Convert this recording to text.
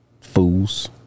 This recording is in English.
fools